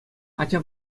ача